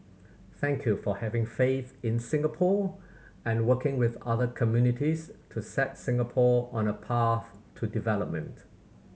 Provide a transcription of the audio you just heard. thank you for having faith in Singapore and working with other communities to set Singapore on a path to development